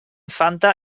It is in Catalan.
fanta